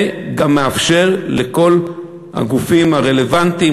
וגם מאפשר לכל הגופים הרלוונטיים,